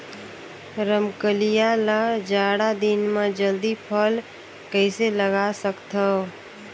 रमकलिया ल जाड़ा दिन म जल्दी फल कइसे लगा सकथव?